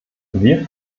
wir